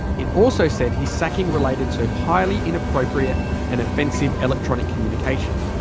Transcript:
it also said his sacking related to highly inappropriate and offensive electronic communication.